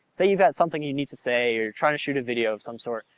say you've got something you need to say, you're trying to shoot a video of some sort,